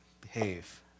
behave